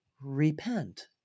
repent